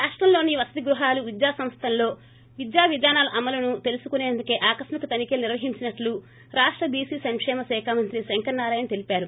రాష్టంలోని వసతి గృహాలు విద్యాసంస్థల్లో విద్యా విధానాల అమలును తెలుసుకునేందుకే ఆకస్మిక తనిఖీలు నిర్వహించినట్లు రాష్ట బీసీ సంకేమ శాఖ మంత్రి శంకర నారాయణ తెలిపారు